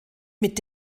mit